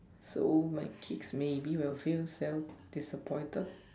so my kids maybe will feel self disappointed